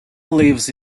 lives